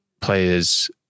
players